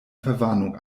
verwarnung